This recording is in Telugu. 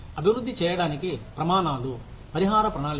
అభివృద్ధి చేయడానికి ప్రమాణాలు పరిహార ప్రణాళిక